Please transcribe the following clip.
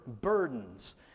burdens